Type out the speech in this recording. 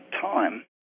time